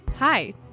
Hi